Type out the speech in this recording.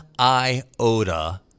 iota